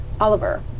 Oliver